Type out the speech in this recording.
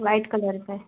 white colour पर